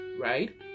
Right